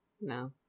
no